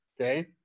Okay